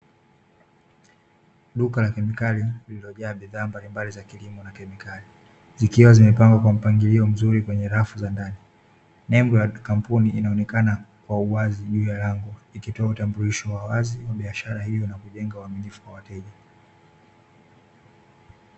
Duka la kemikali lililojaa bidhaa mbalimbali za kilimo na kemikali zikiwa zimepangwa kwa mpangilio mzuri kwenye rafu za ndani, nembo ya kampuni inayoonekana kwa uwazi juu ya lango ikitoa utambulisho wa wazi juu ya biashara hiyo na kujenga uaminifu kwa wateja.